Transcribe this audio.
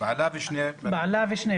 בעלה ושני בניה.